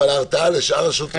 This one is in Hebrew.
אבל ההרתעה לשאר השוטרים,